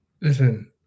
Listen